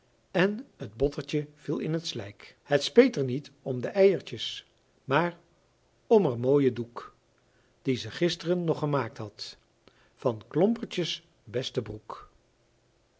en t bottertje viel in t slijk het speet er niet om de eiertjes maar om er mooien doek die ze gisteren nog gemaakt had van klompertjes beste broek